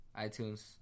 iTunes